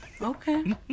Okay